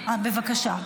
בבקשה.